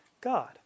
God